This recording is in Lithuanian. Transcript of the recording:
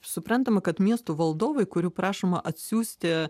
suprantama kad miestų valdovai kurių prašoma atsiųsti